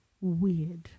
Weird